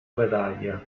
medaglia